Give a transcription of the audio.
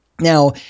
Now